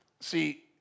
See